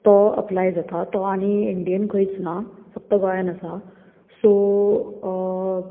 तो अप्लाय जाता तो आनीक इंडियेंत खंयच ना फक्त गोंयांत आसा सो